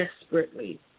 desperately